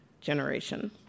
generation